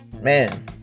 Man